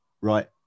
Right